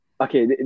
Okay